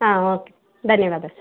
ಹಾಂ ಓಕೆ ಧನ್ಯವಾದ ಸರ್